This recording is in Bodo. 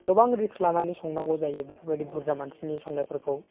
गोबां रिक्स लानानै संनांगौ जायो बेफोरबायदि बुरजा मानसिनि संनायफोखौ